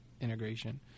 integration